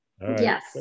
Yes